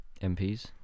MPs